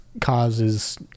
causes